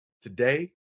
Today